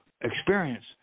experience